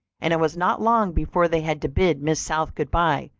and it was not long before they had to bid miss south good-bye,